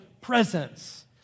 presence